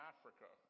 Africa